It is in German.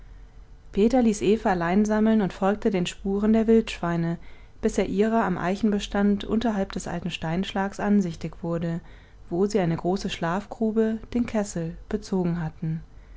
peter ließ eva allein sammeln und folgte den spuren der wildschweine bis er ihrer am eichenbestand unterhalb des alten steinschlags ansichtig wurde wo sie eine große schlafgrube den kessel bezogen hatten